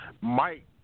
Mike